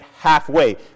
halfway